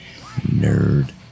Nerd